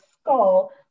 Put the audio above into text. skull